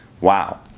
wow